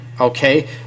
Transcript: okay